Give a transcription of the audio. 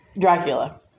Dracula